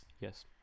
Yes